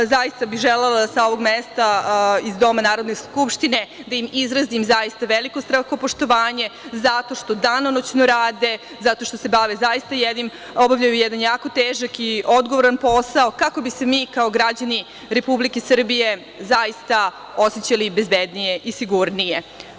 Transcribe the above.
Zaista bih želela sa ovog mesta, iz Doma Narodne skupštine, da im izrazim zaista veliko strahopoštovanje, zato što danonoćno rade, zato što se bave zaista jednim, obavljaju jedan jako težak i odgovoran posao, kako bi se mi, kao građani Republike Srbije osećali bezbednije i sigurnije.